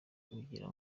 ugira